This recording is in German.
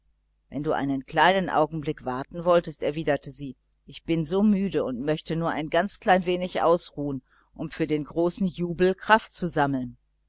wenn du einen kleinen augenblick warten wolltest erwiderte sie ich bin so müd und möchte nur ein ganz klein wenig ruhen um für den großen jubel kraft zu sammeln